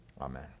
amen